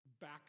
Back